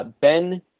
Ben